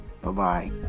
Bye-bye